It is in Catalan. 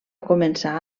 començar